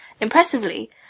Impressively